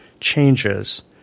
changes